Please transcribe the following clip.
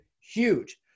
huge